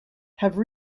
have